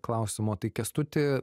klausimo tai kęstuti